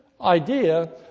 idea